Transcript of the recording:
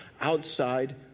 outside